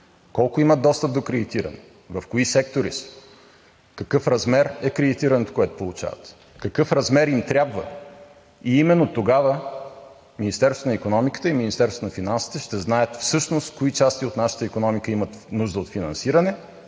колко имат достъп до кредитиране, в кои сектори са, в какъв размер е кредитирането, което получават, какъв размер им трябва и именно тогава Министерството на икономиката и Министерството на финансите ще знаят всъщност кои части от нашата икономика имат нужда от финансиране,